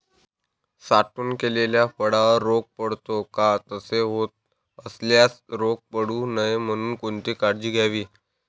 साठवण केलेल्या फळावर रोग पडतो का? तसे होत असल्यास रोग पडू नये म्हणून कोणती काळजी घ्यावी?